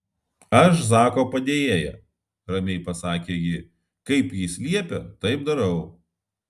aš zako padėjėja ramiai pasakė ji kaip jis liepia taip darau